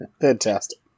Fantastic